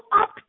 up